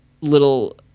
little